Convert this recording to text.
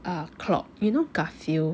uh clock you know garfield